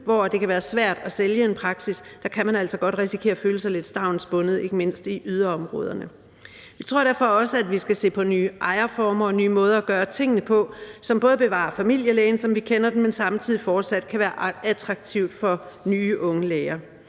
hvor det kan være svært at sælge en praksis. Der kan man altså godt risikere at føle sig lidt stavnsbundet, ikke mindst i yderområderne. Jeg tror derfor også, at vi skal se på nye ejerformer og nye måder at gøre tingene på, som både bevarer familielægen, som vi kender den, men som samtidig fortsat kan være attraktive for nye unge læger.